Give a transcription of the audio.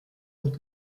und